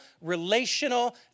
relational